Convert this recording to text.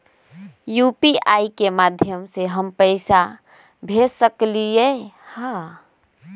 UPI के माध्यम से हम पैसा भेज सकलियै ह?